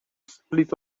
split